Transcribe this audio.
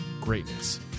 greatness